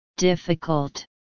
Difficult